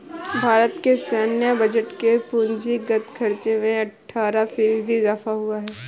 भारत के सैन्य बजट के पूंजीगत खर्चो में अट्ठारह फ़ीसदी इज़ाफ़ा हुआ है